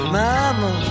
mama